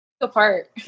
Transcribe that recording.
Apart